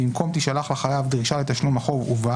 במקום "תישלח לחייב דרישה לתשלום החוב ובה"